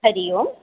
Hari Om